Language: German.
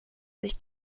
sich